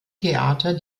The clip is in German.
theater